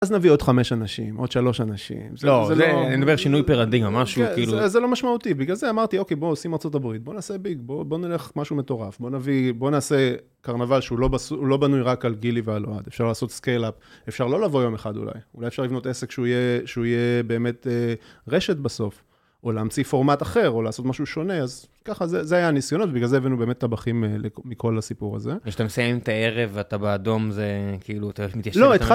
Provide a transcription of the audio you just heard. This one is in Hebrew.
אז נביא עוד חמש אנשים, עוד שלוש אנשים. זה לא... אני מדבר על שינוי פרדיגמה, משהו כאילו... זה לא משמעותי. בגלל זה אמרתי, אוקיי, בואו, עושים ארה״ב. בואו נעשה ביג, בואו בואו נלך משהו מטורף. בוא נביא, בוא נעשה קרנבל שהוא לא בסול הוא לא בנוי רק על גילי ועל אוהד. אפשר לעשות סקייל-אפ. אפשר לא לבוא יום אחד אולי. אולי אפשר לבנות עסק שהוא יהיה, שהוא יהיה באמת רשת בסוף. או להמציא פורמט אחר, או לעשות משהו שונה. אז ככה, זה, זה היה הניסיונות. בגלל זה הבאנו באמת טבחים מכל הסיפור הזה. כשאתה מסיים את הערב ואתה באדום, זה כאילו, אתה מתיישב... לא